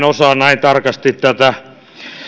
osaa näin tarkasti tätä